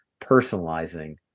personalizing